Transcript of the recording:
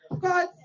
God